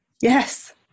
Yes